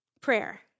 Prayer